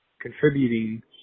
contributing